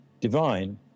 divine